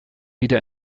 wieder